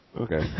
Okay